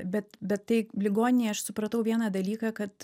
bet bet tai ligoninėj aš supratau vieną dalyką kad